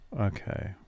Okay